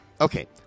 okay